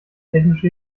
technische